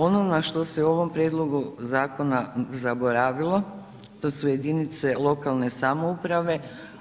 Ono na što se u ovom prijedlogu zakona zaboravilo, to su jedinice lokalne samouprave,